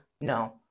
No